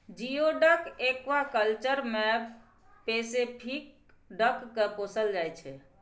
geoduck aquaculture मे Pacific duck केँ पोसल जाइ छै